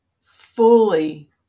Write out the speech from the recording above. fully